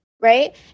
right